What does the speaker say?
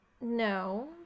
No